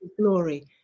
glory